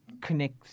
connect